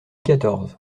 quatorze